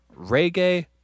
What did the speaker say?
reggae